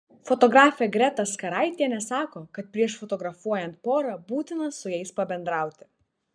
fotografė greta skaraitienė sako kad prieš fotografuojant porą būtina su jais pabendrauti